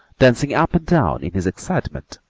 dancing up and down in his excitement,